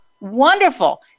wonderful